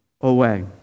away